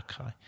okay